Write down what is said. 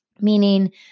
Meaning